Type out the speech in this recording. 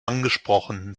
angesprochen